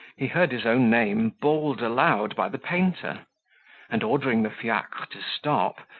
he heard his own name bawled aloud by the painter and, ordering the fiacre to stop,